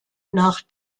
nach